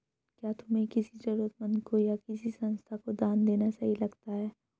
क्या तुम्हें किसी जरूरतमंद को या किसी संस्था को दान देना सही लगता है?